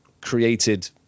created